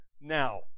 now